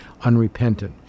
unrepentant